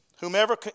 Whomever